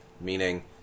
meaning